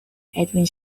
edwin